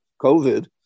COVID